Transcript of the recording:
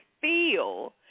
feel